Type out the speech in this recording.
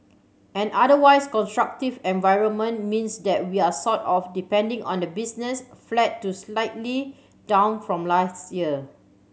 an otherwise constructive environment means that we're sort of depending on the business flat to slightly down from last year